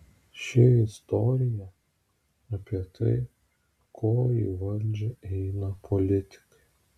ši istorija apie tai ko į valdžią eina politikai